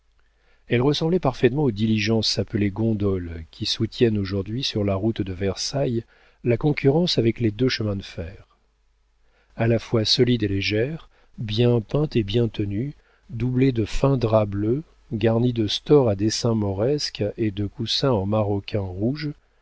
elle ressemblait parfaitement aux diligences appelées gondoles qui soutiennent aujourd'hui sur la route de versailles la concurrence avec les deux chemins de fer a la fois solide et légère bien peinte et bien tenue doublée de fin drap bleu garnie de stores à dessins mauresques et de coussins de maroquin rouge